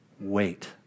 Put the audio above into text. Wait